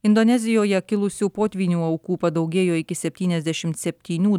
indonezijoje kilusių potvynių aukų padaugėjo iki septyniasdešimt septynių